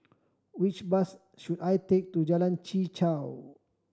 which bus should I take to Jalan Chichau